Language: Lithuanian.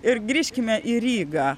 ir grįžkime į rygą